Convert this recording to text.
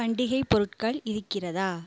பண்டிகை பொருட்கள் இருக்கிறதா